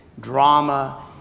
drama